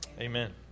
amen